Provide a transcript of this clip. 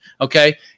Okay